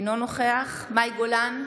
אינו נוכח מאי גולן,